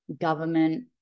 government